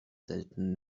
selten